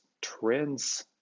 trends